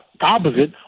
opposite